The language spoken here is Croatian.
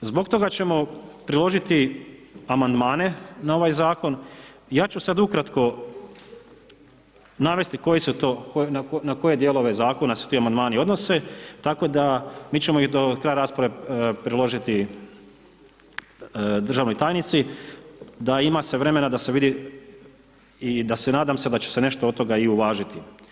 Zbog toga ćemo priložiti amandmane na ovaj zakon i ja ću sad ukratko navesti koji su to, na koje dijelove zakona se ti amandmani odnose tako da mi ćemo ih do kraja rasprave priložiti državnoj tajnici da ima se vremena da se vidi i da se, nadam se da će se nešto od toga i uvažiti.